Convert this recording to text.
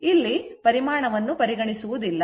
ಇಲ್ಲಿ ಪರಿಮಾಣವನ್ನು ಪರಿಗಣಿಸುವುದಿಲ್ಲ